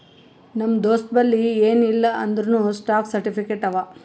ನಮ್ ದೋಸ್ತಬಲ್ಲಿ ಎನ್ ಇಲ್ಲ ಅಂದೂರ್ನೂ ಸ್ಟಾಕ್ ಸರ್ಟಿಫಿಕೇಟ್ ಅವಾ